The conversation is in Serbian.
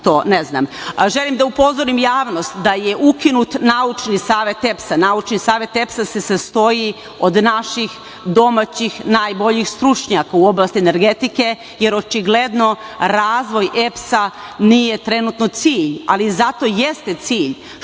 znam. Želim da upozorim javnost da je ukinut naučni savet EPS-a, naučni savet EPS-a se sastoji od naših domaćih najboljih stručnjaka u oblasti energetike, jer očigledno razvoj EPS-a, nije trenutno cilj ali zato jeste cilj